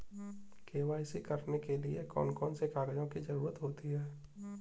KYC करने के लिए कौन कौन से कागजों की जरूरत होती है?